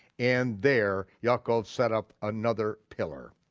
and there yaakov set up another pillar